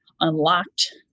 unlocked